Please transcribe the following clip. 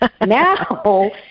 Now